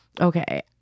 okay